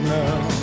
now